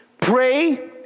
Pray